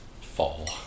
fall